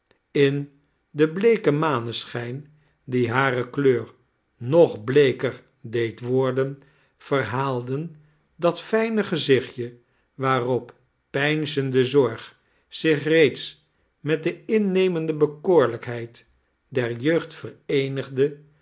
in den bleeken maneschijn die hare kleur nog bleeker deed worden verhaalden dat fijne gezichtje waarop peinzende zorg zich reeds met de innemende bekoorlijkheid der jeugd vereenigde